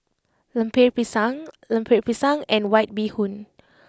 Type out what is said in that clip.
Lemper Pisang Lemper Pisang and White Bee Hoon